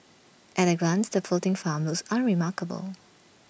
at A glance the floating farms unremarkable